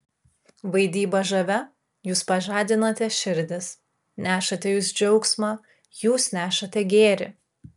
vaidyba žavia jūs pažadinate širdis nešate jūs džiaugsmą jūs nešate gėrį